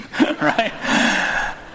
Right